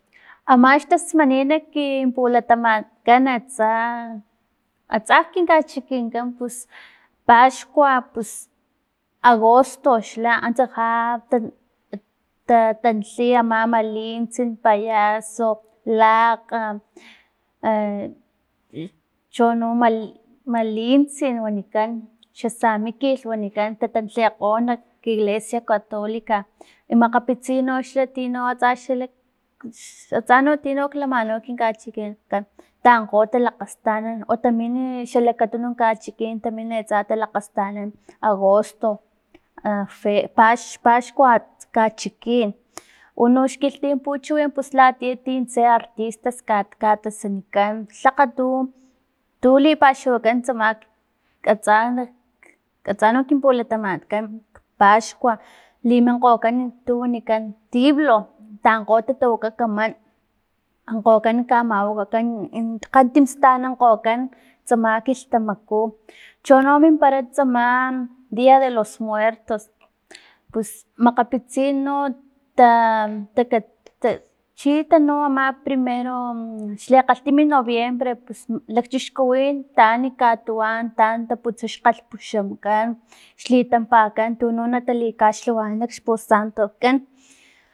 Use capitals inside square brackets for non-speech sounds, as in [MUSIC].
Ama xtasmanin kin pulatamatkan atsa- atsa kin kachikinkan pus paxkua, pus agosto, xla antsa ja ta- ta- tantli ama malintsi, payaso, lakga e chino malintsi wanikan, xa samikilh wanikan ta tantlekgo nak iglesia catolica i makgapitsin noxa ti lak atsa tino lamanau kin kachikinkan, tankgo talakgastanan o tamini xalakatununk kachikin tamini talakgastanan agosto, [HESITATION] fe pax- paxkua kachikin, unox kilhtin kachikin latiyan tintse artistas ka- ka tasanikan tlakga tu- tu lipaxawakan tsama atsa nak atsa nak kin pulatamatkan kpaxkua liminkgokan tu wanikan tibulo, tankgo tatawaka kaman ankgokan kamawakakan kgantim stanankgokan tsama kilhtamaku, chono mimpara tsama dia de los muertos pus makgapitsin no ta- ta [UNINTELLIGIBLE] chi tanu ama primero xli kgalhtimi noviembre pus lakchixkuwin taan katuwan taan taputsa xkgalhpuxamkan xlitampakan tuno natali kaxlhawanan xpusanto kan.